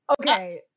Okay